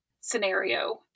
scenario